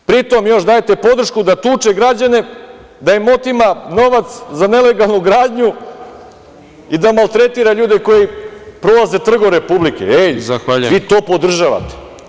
Pri tom još dajete podršku da tuče građane, da im otima novac za nelegalnu gradnju i da maltretira ljude koji prolaze Trgom Republike, vi to podržavate.